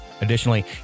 Additionally